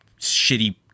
shitty